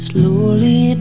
Slowly